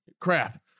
Crap